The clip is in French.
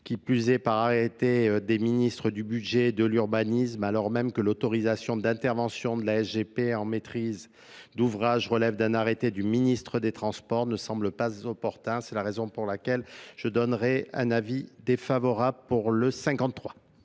qui plus est par arrêté des ministres du Budget et de l'urbanisme alors même que l'autorisation même que l'autorisation d'intervention de la gp en maîtrise d'ouvrage relève d'un arrêté du ministre des transports et ne me semble pas opportun c'est la raison pour laquelle je donnerais un avis défavorable pour le